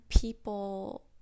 people